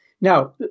Now